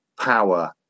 power